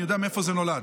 אני יודע מאיפה זה נולד.